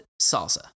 salsa